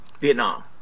Vietnam